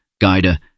guide